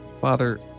father